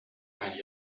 ein